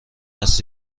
است